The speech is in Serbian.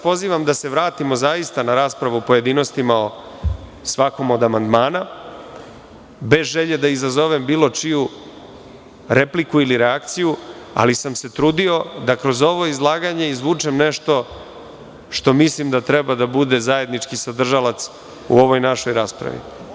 Pozivam vas da se vratimo zaista na raspravu u pojedinostima o svakom od amandmana, bez želje da izazovem bilo čiju repliku ili reakciju, ali sam se trudio da kroz ovo izlaganje izvučem nešto što mislim da treba da bude zajednički sadržalac u ovoj našoj raspravi.